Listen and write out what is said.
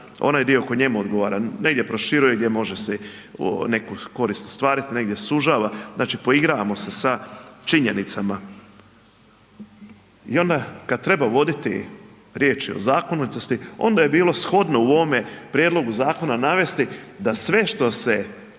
onaj dio koji njemu odgovara. Negdje proširuje gdje može si neku korist ostvariti, negdje sužava, znači poigravamo se sa činjenicama. I onda kad treba voditi riječ je zakonitosti onda je bilo shodno u ovome prijedlogu zakona navesti da sve što se